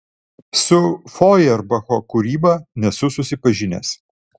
su fojerbacho kūryba nesu susipažinęs